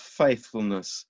faithfulness